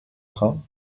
train